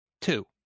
Two